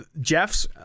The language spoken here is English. jeff's